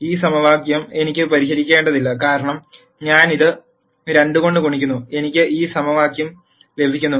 ഈ സമവാക്യം എനിക്ക് പരിഹരിക്കേണ്ടതില്ല കാരണം ഞാൻ ഇത് 2 കൊണ്ട് ഗുണിക്കുന്നു എനിക്ക് ഈ സമവാക്യം ലഭിക്കുന്നു